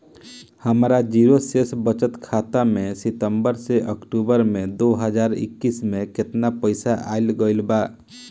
हमार जीरो शेष बचत खाता में सितंबर से अक्तूबर में दो हज़ार इक्कीस में केतना पइसा आइल गइल बा?